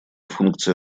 функция